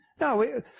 No